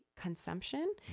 consumption